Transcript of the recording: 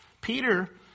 Peter